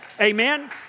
Amen